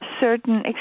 certain